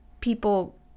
people